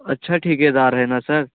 अच्छा ठेकेदार है ना सर